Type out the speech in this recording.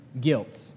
guilt